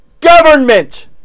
government